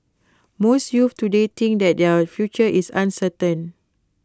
most youths today think that their future is uncertain